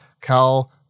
Cal